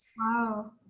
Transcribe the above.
Wow